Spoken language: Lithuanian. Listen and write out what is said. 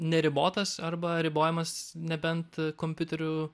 neribotas arba ribojamas nebent kompiuterių